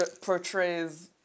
portrays